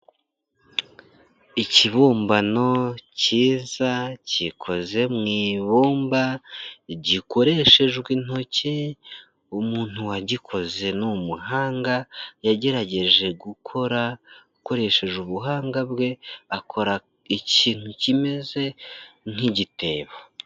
Ikibumbano kiza gikoze mu ibumba. Gikoreshejwe intoki, umuntu wagikoze ni umuhanga. Yagerageje gukora akoresheje ubuhanga bwe, akora ikintu kimeze nk'igitebo.